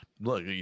Look